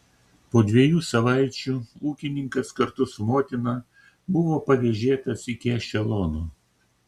po dviejų savaičių ūkininkas kartu su motina buvo pavėžėtas iki ešelono